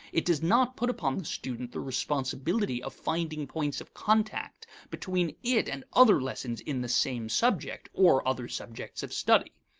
it does not put upon the student the responsibility of finding points of contact between it and other lessons in the same subject, or other subjects of study.